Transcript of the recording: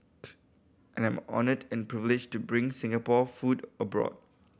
and I'm honoured and privileged to bring Singapore food abroad